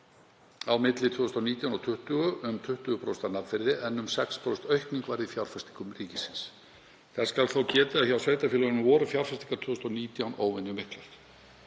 á milli 2019 og 2020 um 20% að nafnvirði en um 6% aukning varð í fjárfestingum ríkisins. Þess skal þó getið að hjá sveitarfélögum voru fjárfestingar 2019 óvenjumiklar.